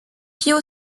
pio